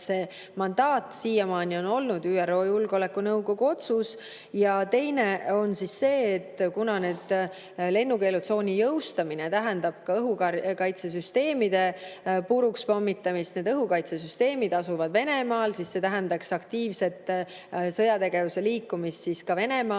selle mandaadi siiamaani on andnud ÜRO Julgeolekunõukogu otsus. Teine on see, et kuna lennukeelutsooni jõustamine tähendab ka õhukaitsesüsteemide purukspommitamist, aga need õhukaitsesüsteemid asuvad Venemaal, siis see tähendaks aktiivse sõjategevuse liikumist ka Venemaale,